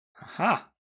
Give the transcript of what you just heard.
Aha